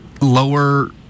lower